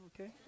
Okay